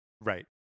right